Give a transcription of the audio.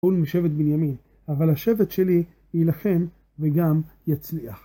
הוא משבט בנימין, אבל השבט שלי יילחם וגם יצליח.